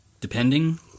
depending